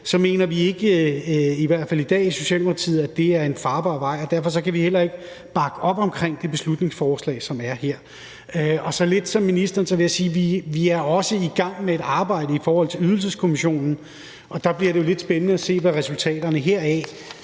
mener vi ikke i Socialdemokratiet, at det i dag er en farbar vej, og derfor kan vi heller ikke bakke op omkring det beslutningsforslag, som ligger her. Og ligesom ministeren vil jeg sige, at vi er i gang med et arbejde i forhold til Ydelseskommissionen, og der bliver det jo lidt spændende at se, hvilke resultater den